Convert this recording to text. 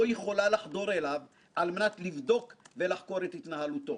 יכולה לחדור אליו על מנת לבדוק ולחקור את התנהלותו.